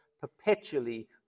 perpetually